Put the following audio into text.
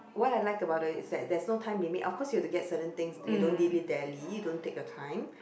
why I like about it is that there's no time limit of course you have to get certain things you don't dilly dally don't take your time